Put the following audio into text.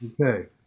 Okay